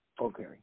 okay